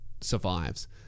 survives